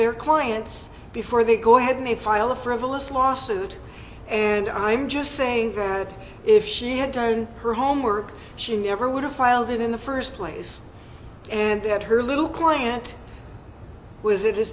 their clients before they go ahead they file a frivolous lawsuit and i'm just saying that if she had done her homework she never would have filed it in the first place and that her little client was it